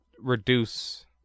reduce